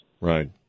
Right